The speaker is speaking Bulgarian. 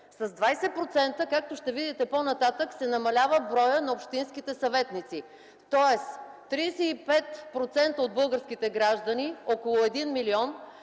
С 20%, както ще видите по-нататък, се намалява броят на общинските съветници, т.е. 35% от българските граждани – около един милион,